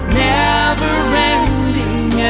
never-ending